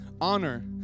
Honor